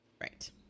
right